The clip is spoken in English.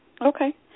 Okay